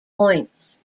points